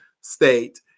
state